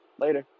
Later